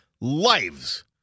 lives